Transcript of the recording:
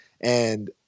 And-